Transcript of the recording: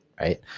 right